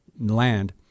land